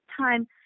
time